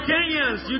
Kenyans